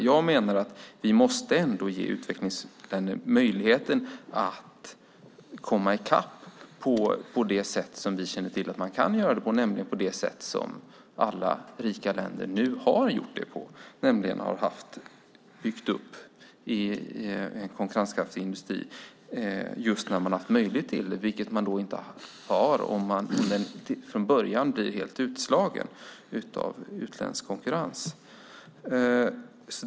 Jag menar att vi ändå måste ge utvecklingsländer möjligheten att komma i kapp på det sätt som vi känner till att man kan göra det på, nämligen på det sätt som alla rika länder har gjort det på. Man har byggt upp en konkurrenskraftig industri just när man har haft möjlighet till det, vilket man inte har om den från början blir helt utslagen av utländsk konkurrens.